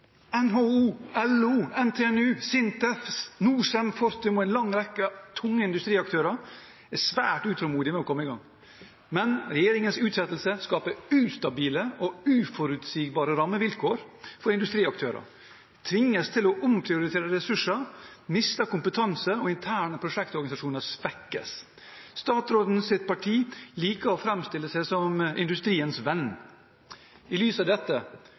NHO, LO, NTNU, SINTEF, Norcem, Fortum og en lang rekke tunge industriaktører er svært utålmodige etter å komme i gang. Men regjeringens utsettelse skaper ustabile og uforutsigbare rammevilkår for industriaktører. Man tvinges til å omprioritere ressurser, man mister kompetanse, og interne prosjektorganisasjoner svekkes. Statsrådens parti liker å framstille seg som industriens venn. I lys av dette: